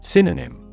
Synonym